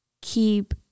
keep